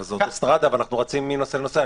אבל זה אוטוסטרדה ואנחנו רצים מנושא לנושא.